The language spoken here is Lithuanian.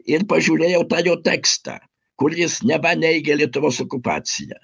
ir pažiūrėjau tą jo tekstą kuris neva neigia lietuvos okupaciją